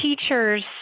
teachers